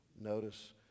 Notice